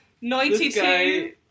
ninety-two